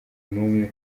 n’umwe